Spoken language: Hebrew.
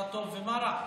מה טוב ומה רע.